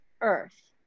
earth